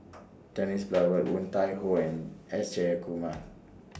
Dennis Bloodworth Woon Tai Ho and S Jayakumar